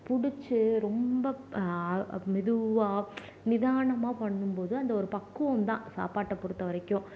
பிடிச்சி ரொம்ப மெதுவாக நிதானமாக பண்ணும்போது அந்த ஒரு பக்குவந்தான் சாப்பாட்டை பொறுத்த வரைக்கும்